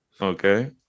Okay